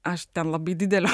aš tam labai didelio